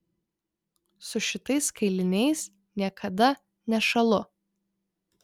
su šitais kailiniais niekada nešąlu